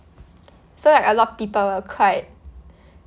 so like a lot of people were quite